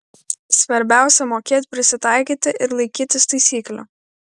svarbiausia mokėt prisitaikyti ir laikytis taisyklių